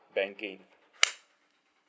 banking